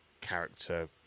character